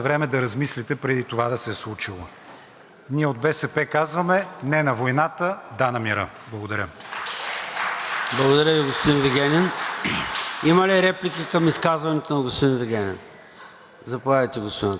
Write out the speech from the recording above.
Благодаря Ви, господин Вигенин. Има ли реплики към изказването на господин Вигенин? Заповядайте, господин Атанасов.